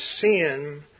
sin